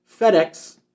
FedEx